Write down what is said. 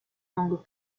langues